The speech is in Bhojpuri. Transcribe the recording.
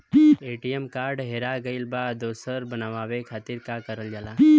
ए.टी.एम कार्ड हेरा गइल पर दोसर बनवावे खातिर का करल जाला?